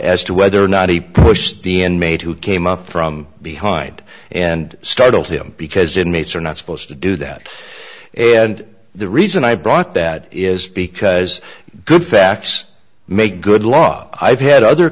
as to whether or not he pushed the end maid who came up from behind and startled him because inmates are not supposed to do that and the reason i brought that is because good facts make good law i've had other